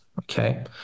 okay